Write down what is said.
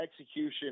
execution